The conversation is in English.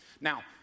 Now